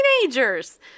Teenagers